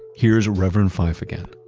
here's reverend fife again